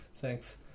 thanks